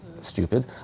stupid